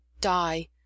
die